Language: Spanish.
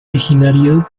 originario